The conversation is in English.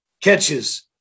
catches